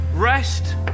Rest